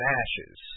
ashes